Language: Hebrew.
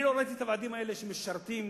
אני לא ראיתי את הוועדים האלה משרתים